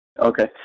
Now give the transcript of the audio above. Okay